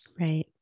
Right